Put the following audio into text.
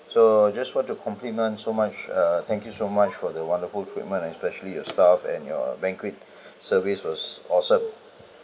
so just what to compliment so much uh thank you so much for the wonderful treatment especially your staff and your banquet service was awesome